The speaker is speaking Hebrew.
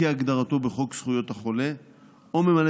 כהגדרתו בחוק זכויות החולה או ממלא